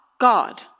God